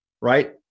right